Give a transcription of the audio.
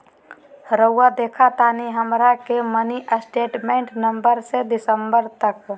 रहुआ देखतानी हमरा के मिनी स्टेटमेंट नवंबर से दिसंबर तक?